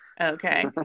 Okay